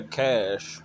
cash